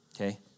Okay